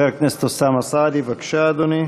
חבר הכנסת אוסאמה סעדי, בבקשה, אדוני.